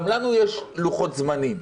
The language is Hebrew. גם לנו יש לוחות זמנים.